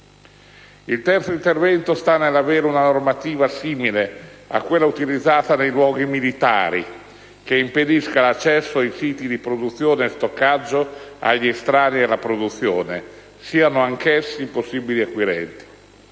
Il terzo intervento sta nell'avere una normativa simile a quella utilizzata nei luoghi militari, che impedisca l'accesso ai siti di produzione e stoccaggio agli estranei alla produzione, siano anche essi possibili acquirenti.